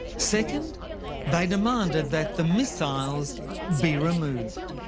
second they demanded that the missiles be removed.